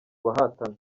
bahatana